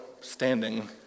standing